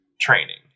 training